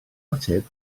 ateb